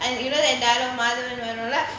eh you know the dialogue Madhavan வரும்ல:madhavan varumla